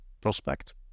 prospect